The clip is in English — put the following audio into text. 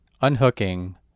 unhooking